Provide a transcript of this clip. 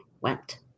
went